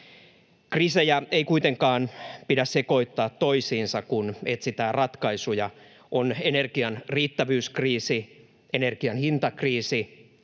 Kriisejä ei kuitenkaan pidä sekoittaa toisiinsa, kun etsitään ratkaisuja. On energian riittävyyskriisi, energian hintakriisi,